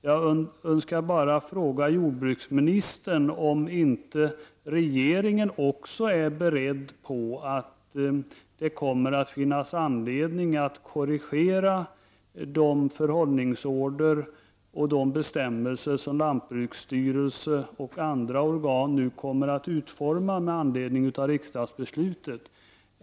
Jag önskar bara fråga jordbruksministern om inte även regeringen är beredd på att det kommer att finnas anledning att korrigera de förhållningsorder och de bestämmelser som lantbruksstyrelsen och andra organ nu kommer att utforma med anledning av riksdagsbeslutet.